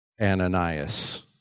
Ananias